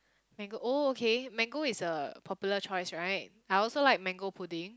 mango oh okay mango is a popular choice right I also like mango pudding